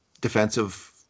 defensive